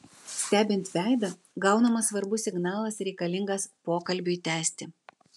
stebint veidą gaunamas svarbus signalas reikalingas pokalbiui tęsti